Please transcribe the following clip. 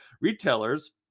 Retailers